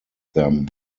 them